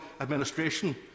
administration